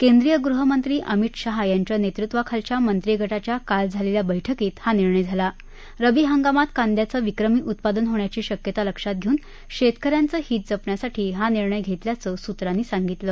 केंद्रीय गृहमंत्री अमित शाह यांच्या नेतृत्वाखालच्या मंत्रिगटाच्या काल झालेल्या बैठकीत हा निर्णय झाला रबी हंगामात कांद्याचं विक्रमी उत्पादन होण्याची शक्यता लक्षात घेऊन शेतक यांचं हित जपण्यासाठी हा निर्णय घेतल्याचं सूत्रांनी सांगितलं